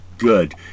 good